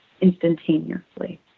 instantaneously